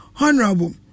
honorable